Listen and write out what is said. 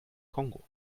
kongo